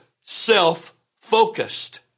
self-focused